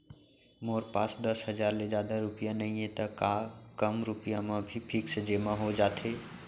मोर पास दस हजार ले जादा रुपिया नइहे त का कम रुपिया म भी फिक्स जेमा हो जाथे?